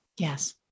Yes